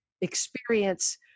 experience